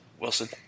Wilson